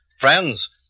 Friends